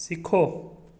सिखो